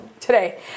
today